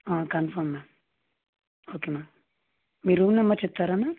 confirm ma'am okay ma'am మీ room number చెప్తారా ma'am